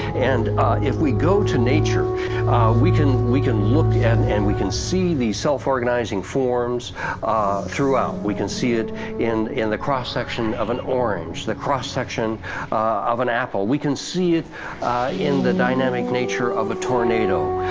and if we go to nature we can we can look and and we can see these self-organizing forms throughout. we can see it in in the cross section of an orange, the cross section of an apple. we can see it in the dynamic nature of a tornado.